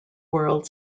world